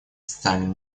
социальным